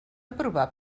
aprovar